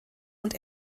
und